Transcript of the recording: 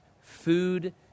food